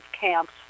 camps